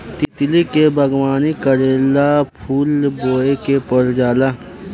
तितली के बागवानी करेला फूल बोए के पर जाला